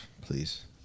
Please